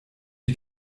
die